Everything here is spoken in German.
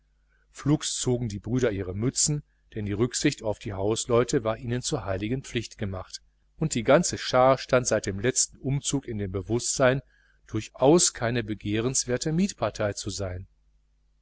flugs zogen die brüder ihre mützen denn die rücksicht auf die hausleute war ihnen zur heiligen pflicht gemacht und die ganze schar stand seit dem letzten umzug in dem bewußtsein durchaus keine begehrenswerte mietspartei zu sein